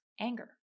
anger